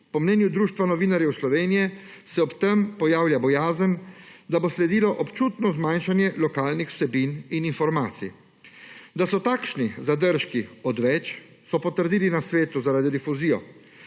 Po mnenju Društva novinarjev Slovenije se ob tem pojavlja bojazen, da bo sledilo občutno zmanjšanje lokalnih vsebin in informacij. Da so takšni zadržki odveč, so potrdili na Svetu za radiodifuzijo.